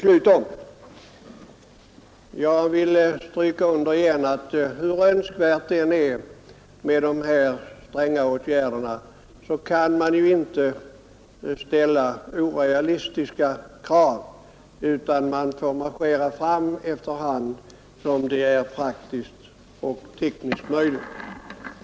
Jag vill stryka under igen att hur önskvärt det än är med de här stränga åtgärderna så kan man ju inte ställa orealistiska krav, utan man får marschera fram efter hand som det blir praktiskt och tekniskt möjligt.